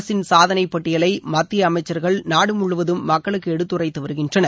அரசின் சாதனைப் பட்டியலை மத்திய அமைச்சர்கள் நாடு முழுவதும் மக்களுக்கு எடுத்துரைத்து வருகின்றனர்